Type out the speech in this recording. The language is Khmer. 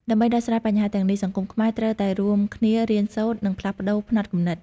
ដើម្បីដោះស្រាយបញ្ហាទាំងនេះ សង្គមខ្មែរត្រូវតែរួមគ្នារៀនសូត្រ និងផ្លាស់ប្ដូរផ្នត់គំនិត។